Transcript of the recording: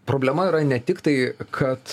problema yra ne tik tai kad